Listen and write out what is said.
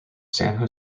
san